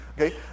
Okay